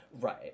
Right